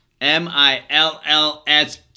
m-i-l-l-s